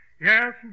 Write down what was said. yes